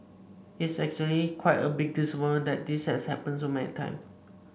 it's actually quite a big disappointment that this has happened so many time